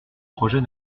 projet